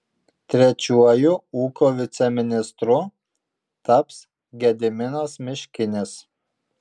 trečiuoju ūkio viceministru taps gediminas miškinis